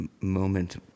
moment